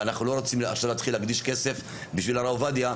ואנחנו לא רוצים עכשיו להתחיל להקדיש כסף בשביל הרב עובדיה,